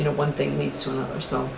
you know one thing leads to some